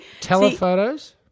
Telephotos